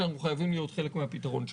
שאנחנו חייבים להיות חלק מהפתרון שלה.